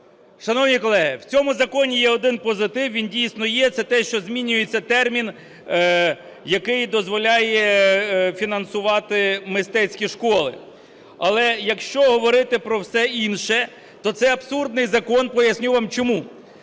Шановні колеги! В цьому законі є один позитив, він дійсно є, це те, що змінюється термін, який дозволяє фінансувати мистецькі школи. Але якщо говорити про все інше, то це абсурдний закон. Поясню вам чому.